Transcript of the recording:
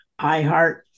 iHeart